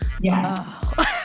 Yes